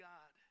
God